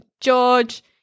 George